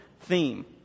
theme